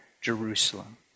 Jerusalem